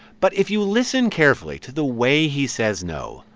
but if you listen carefully to the way he says no,